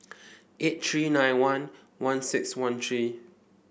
eight three nine one one six one three